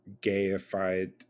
gayified